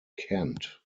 kent